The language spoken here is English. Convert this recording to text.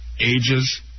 ages